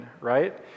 right